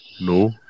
No